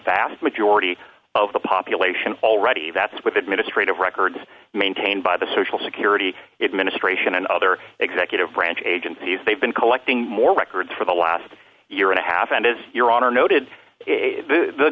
vast majority of the population already that's with administrative records maintained by the social security administration and other executive branch agencies they've been collecting more records for the last year and a half and as your honor noted the